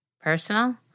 personal